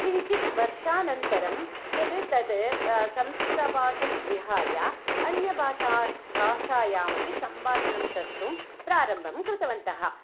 किञ्चित् वर्षानन्तरं यद् तद् संस्कृतभाषां विहाय अन्यभाषा भाषायामपि सम्भाषणं कर्तुं प्रारम्भं कृतवन्तः